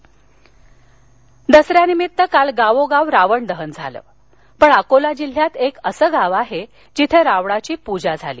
रावण दसऱ्यानिमित्त काल गावोगाव रावण दहन झालं पण अकोला जिल्ह्यात एक असं गाव आहे जिथे रावणाची पूजा झाली